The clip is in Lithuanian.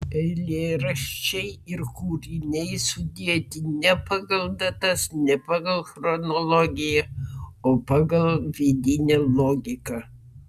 eilėraščiai ir kūriniai sudėti ne pagal datas ne pagal chronologiją o pagal vidinę logiką